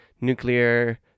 nuclear